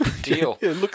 deal